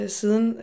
siden